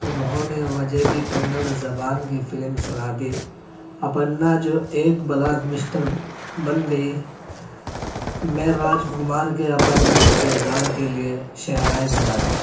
انہوں نے وجے کی کنڑ زبان کی فلم سنا دی اپنّا جو ایک بلاک بسٹر بن گئی میں راج کمار کے اپنّا کے کردار کے لیے شہنائی بجا دی